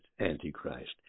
Antichrist